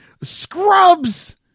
Scrubs